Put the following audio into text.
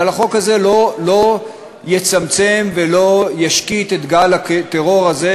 אבל החוק הזה לא יצמצם ולא ישקיט את גל הטרור הזה,